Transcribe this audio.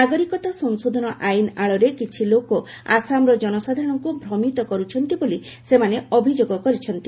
ନାଗରିକତା ସଂଶୋଧନ ଆଇନ ଆଳରେ କିଛି ଲୋକ ଆସାମର ଜନସାଧାରଣଙ୍କୁ ଭ୍ରମିତ କରୁଛନ୍ତି ବୋଲି ସେମାନେ ଅଭିଯୋଗ କରିଛନ୍ତି